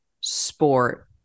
sport